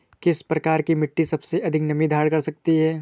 किस प्रकार की मिट्टी सबसे अधिक नमी धारण कर सकती है?